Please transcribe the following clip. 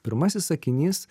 pirmasis sakinys